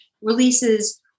releases